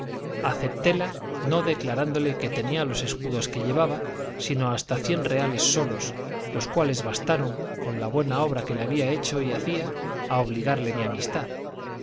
aceptéla no declarándole que tenía los escudos que llevaba sino hasta cien reales solos los cuales bastaron con la buena obra que le había hecho y hacía a obligarle a mi amistad